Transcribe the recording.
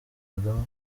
kagame